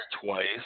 twice